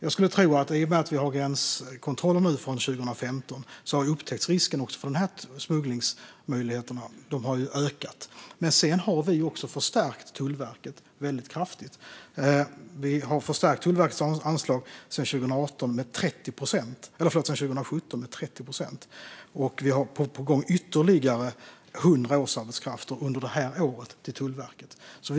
Jag skulle tro att i och med att vi nu sedan 2015 har gränskontroller har upptäcktsrisken ökat även för dessa smugglingsmöjligheter. Sedan har vi också förstärkt Tullverket väldigt kraftigt. Vi har sedan 2017 förstärkt Tullverkets anslag med 30 procent, och vi har ytterligare 100 årsarbetskrafter på gång till Tullverket under det här året.